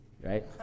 right